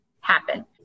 happen